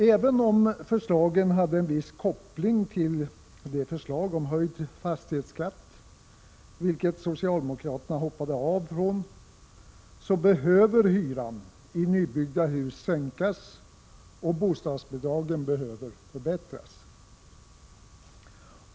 Även om förslagen hade viss koppling till förslaget om en höjning av fastighetsskatten, vilket socialdemokraterna inte anslöt sig till, behöver hyran i nybyggda hus sänkas och bostadsbidragen förbättras.